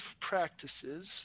practices